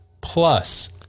Plus